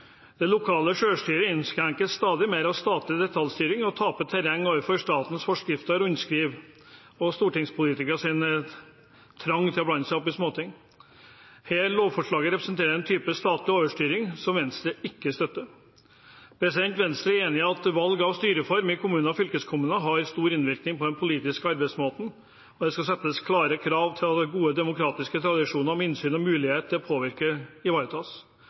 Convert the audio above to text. terreng overfor statens forskrifter og rundskriv og stortingspolitikeres trang til å blande seg opp i småting. Dette lovforslaget representerer en type statlig overstyring som Venstre ikke støtter. Venstre er enig i at valg av styreform i kommuner og fylkeskommuner har stor innvirkning på den politiske arbeidsmåten. Det skal settes klare krav til at gode demokratiske tradisjoner med innsyn og mulighet til å påvirke ivaretas.